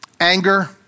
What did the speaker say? anger